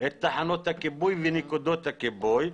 את תחנות הכיבוי ונקודות הכיבוי?